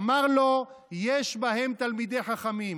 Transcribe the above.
אמר לו: יש בהם תלמידי חכמים.